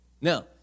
Now